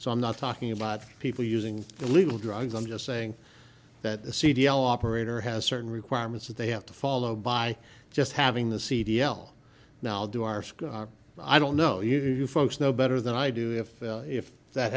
so i'm not talking about people using illegal drugs i'm just saying that the c d o operator has certain requirements that they have to follow by just having the cd l now do our school i don't know if you folks know better than i do if if that